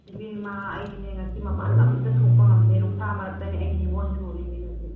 ꯏꯕꯦꯝꯃ ꯑꯩꯗꯤꯅꯦ ꯉꯁꯤ ꯃꯄꯥꯟꯒ ꯑꯃꯇ ꯊꯣꯛꯄ ꯉꯝꯗꯦ ꯅꯨꯡꯁꯥ ꯃꯔꯛꯇꯅꯦ ꯑꯩꯅ ꯍꯤꯡꯒꯣꯟ ꯁꯨꯔꯤꯁꯦ ꯉꯁꯤ